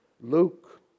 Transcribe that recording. Luke